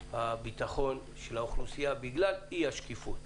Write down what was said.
הביטחון של האוכלוסייה בגלל אי-השקיפות,